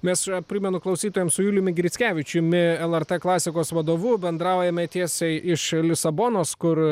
mes primenu klausytojams su juliumi grickevičiumi lrt klasikos vadovu bendraujame tiesiai iš lisabonos kur